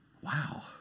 Wow